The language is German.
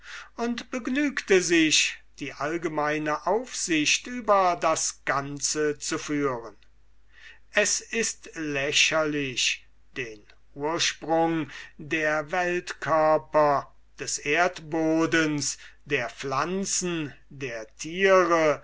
und begnügte sich die allgemeine aufsicht über das ganze zu führen es ist lächerlich den ursprung der weltkörper des erdhodens der pflanzen der tiere